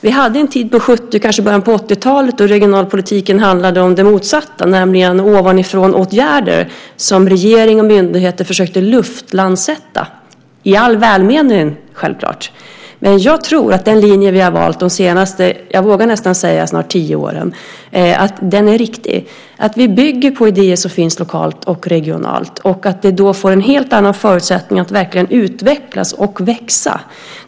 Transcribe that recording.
Vi hade en tid på 70 och kanske i början på 80-talet då regionalpolitiken handlade om det motsatta. Det var ovanifrånåtgärder som regering och myndigheter försökte luftlandsätta, självklart i all välmening. Den linje vi har valt de senaste snart tio åren, vågar jag nästan säga, är riktig. Vi bygger på idéer som finns lokalt och regionalt. Det får då en helt annan förutsättning att verkligen utvecklas och växa.